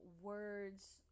words